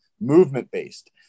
movement-based